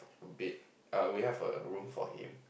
bed err we have a room for him